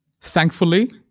Thankfully